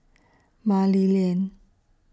Mah Li Lian